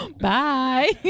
bye